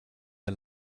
der